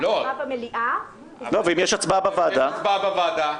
ואם יש הצבעה בוועדה?